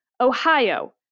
Ohio